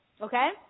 okay